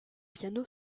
piano